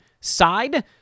side